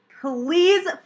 Please